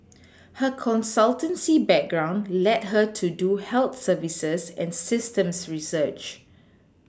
her consultancy background led her to do health services and systems research